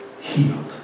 healed